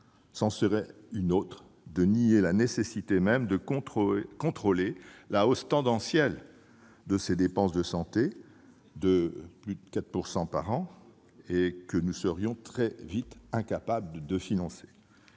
C'en serait une autre de nier la nécessité même de contrôler la hausse tendancielle des dépenses de santé de plus de 4 % par an et que nous serions très vite incapables de financer.